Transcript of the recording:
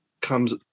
comes